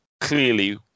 clearly